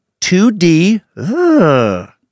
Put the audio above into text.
2D